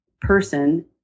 person